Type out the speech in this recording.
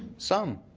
some,